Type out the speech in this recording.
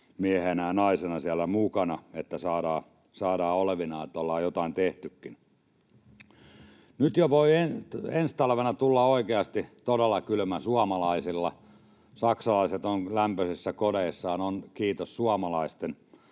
joojoo-miehenä ja -naisena siellä mukana, että saadaan olla olevinaan, että ollaan jotain tehtykin. Nyt voi jo ensi talvena tulla oikeasti todella kylmä suomalaisilla. Saksalaiset ovat lämpöisissä kodeissaan — kiitos suomalaisten.